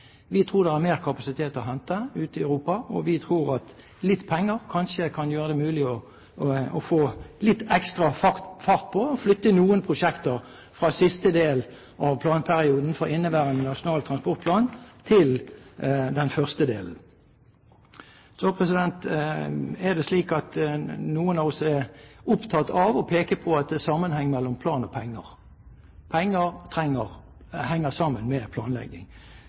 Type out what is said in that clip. Vi tror det er mer kapasitet å hente ute i Europa, og vi tror at litt penger kanskje kan gjøre det mulig å få litt ekstra fart og flytte noen prosjekter fra siste del av planperioden for inneværende Nasjonal transportplan til den første delen. Så er det slik at noen av oss er opptatt av å peke på at det er sammenheng mellom plan og penger – penger henger sammen med planlegging